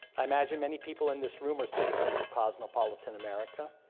i imagine many people in this room are citizens of cosmopolitan america.